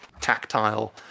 tactile